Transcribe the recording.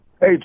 Hey